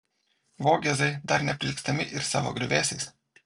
vogėzai dar neprilygstami ir savo griuvėsiais